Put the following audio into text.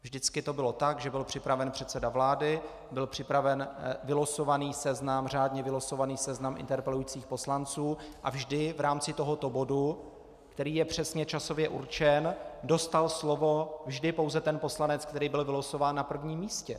Vždycky to bylo tak, že byl připraven předseda vlády, byl připraven řádně vylosovaný seznam interpelujících poslanců a vždy v rámci tohoto bodu, který je přesně časově určen, dostal slovo vždy pouze ten poslanec, který byl vylosován na prvním místě.